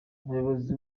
umuyobozi